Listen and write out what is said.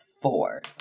four